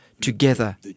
together